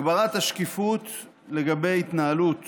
הגברת השקיפות לגבי התנהלות